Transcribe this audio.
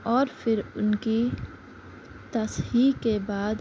اور پھر ان کی تصحیح کے بعد